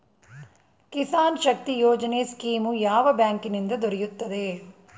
ಕಿಸಾನ್ ಶಕ್ತಿ ಯೋಜನೆ ಸ್ಕೀಮು ಯಾವ ಬ್ಯಾಂಕಿನಿಂದ ದೊರೆಯುತ್ತದೆ?